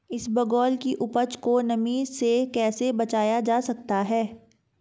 इसबगोल की उपज को नमी से कैसे बचाया जा सकता है?